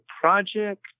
project